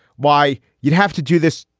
why you'd have to do this?